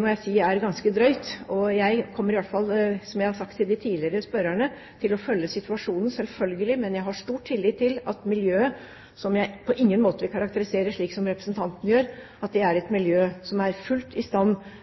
må jeg si er ganske drøyt. Jeg kommer i hvert fall til, som jeg har sagt til de tidligere spørrerne, å følge situasjonen, selvfølgelig, men jeg har stor tillit til at miljøet, som jeg på ingen måte vil karakterisere slik som representanten gjør, er et miljø som er fullt i stand